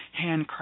handcrafted